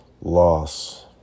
Loss